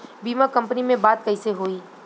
बीमा कंपनी में बात कइसे होई?